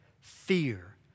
fear